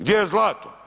Gdje je zlato?